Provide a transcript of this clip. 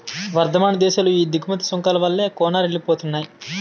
వర్థమాన దేశాలు ఈ దిగుమతి సుంకాల వల్లే కూనారిల్లిపోతున్నాయి